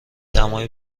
دمای